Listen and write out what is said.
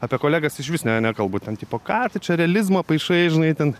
apie kolegas išvis nekalbu ten tipo ką tu čia realizmą paišai žinai ten